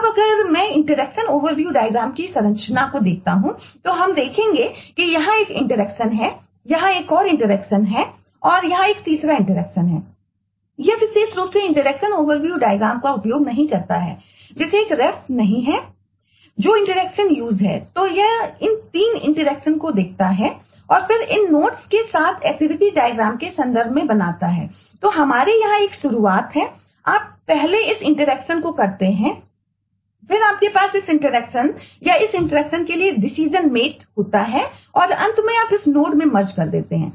अब अगर मैं इंटरैक्शन ओवरव्यू डायग्राम कर देते हैं